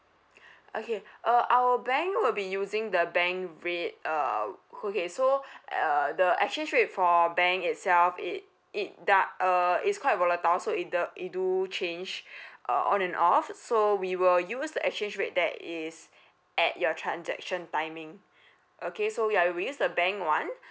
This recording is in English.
okay uh our bank will be using the bank rate uh okay so uh the exchange for bank itself it it da~ uh is quite volatile so it the it do change uh on and off so we will use the exchange rate that is at your transaction timing okay so yeah we use the bank [one]